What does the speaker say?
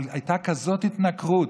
אבל הייתה כזאת התנכרות.